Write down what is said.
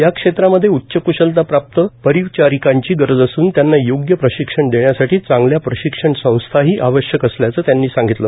या क्षेत्रामध्ये उच्च कूशलता प्राप्त परिवारीकेची गरज असून त्यांना योग्य प्रशिक्षण देण्यासाठी चांगल्या प्रशिक्षण संस्थांठी आवश्यक असल्याचं त्यांनी सांगितलं